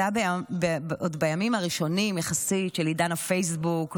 זה היה עוד בימים הראשונים יחסית של עידן הפייסבוק,